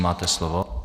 Máte slovo.